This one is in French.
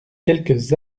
quelques